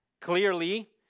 Clearly